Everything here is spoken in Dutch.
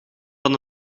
van